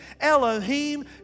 Elohim